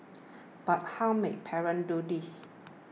but how may parents do this